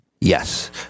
Yes